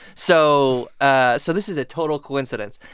so ah so this is a total coincidence.